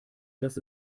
dass